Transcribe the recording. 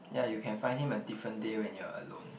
ya you can find him a different day when you are alone